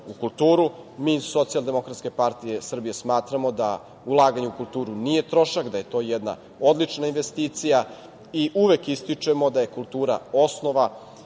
iz Socijaldemokratske partije Srbije smatramo da ulaganje u kulturu nije trošak, da je to jedna odlična investicija i uvek ističemo da je kultura osnova